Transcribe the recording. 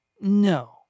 No